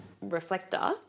reflector